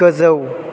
गोजौ